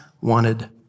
wanted